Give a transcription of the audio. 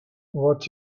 what